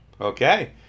Okay